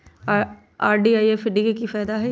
RD आ FD के कि फायदा हई?